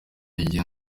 igihe